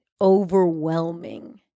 overwhelming